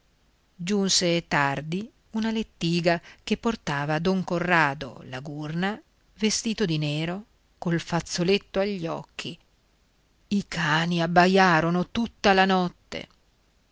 giunse tardi una lettiga che portava don corrado la gurna vestito di nero col fazzoletto agli occhi i cani abbaiarono tutta la notte